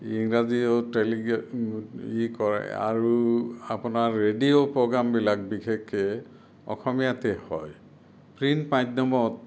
ইংৰাজীও টেলি ই কৰে আৰু আপোনাৰ ৰেডিঅ' প্ৰগ্ৰামবিলাক বিশেষকে অসমীয়াতে হয় প্ৰিন্ট মাধ্যমত